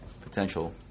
potential